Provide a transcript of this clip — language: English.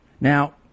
Now